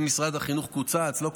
אם משרד החינוך קוצץ או לא.